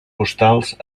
postals